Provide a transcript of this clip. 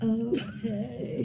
okay